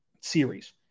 series